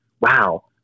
wow